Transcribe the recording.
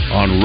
on